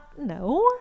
No